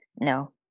No